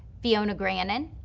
fiona grannan,